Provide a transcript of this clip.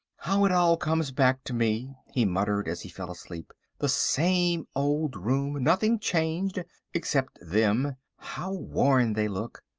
how it all comes back to me, he muttered as he fell asleep, the same old room, nothing changed except them how worn they look,